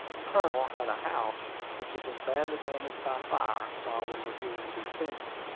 the colonel had a house which had been badly damaged by fire while we were here in december,